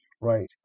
Right